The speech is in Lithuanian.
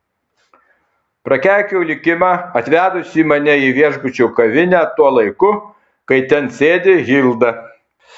prakeikiau likimą atvedusį mane į viešbučio kavinę tuo laiku kai ten sėdi hilda